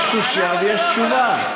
יש קושיה ויש תשובה.